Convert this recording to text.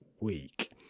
week